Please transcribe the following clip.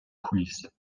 coulisse